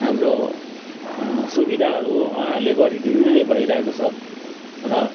हाम्रो सुविधाहरू उहाँले गरिदिनु नै भइरहेको छ र